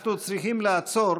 אנחנו צריכים לעצור